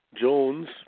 Jones